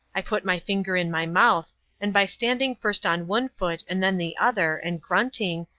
i put my finger in my mouth and by standing first on one foot and then the other, and grunting,